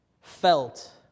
felt